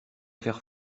faire